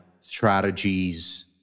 strategies